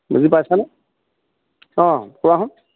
বুজি পাইছা নে অঁ কোৱা চােন